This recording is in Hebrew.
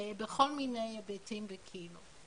בכל מיני היבטים וקהילות.